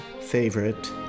favorite